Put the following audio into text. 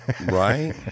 Right